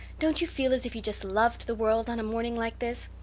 don't you feel as if you just loved the world on a morning like this?